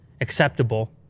acceptable